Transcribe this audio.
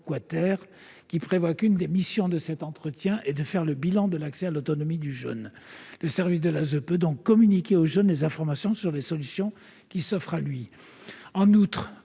qui prévoit qu'une des missions de cet entretien est de faire le bilan de l'accès à l'autonomie du jeune. Le service de l'ASE peut donc communiquer au jeune les informations sur les solutions qui s'offrent à lui.